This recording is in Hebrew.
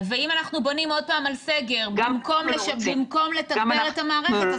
אם אנחנו בונים עוד פעם על סגר במקום לתגבר את המערכת,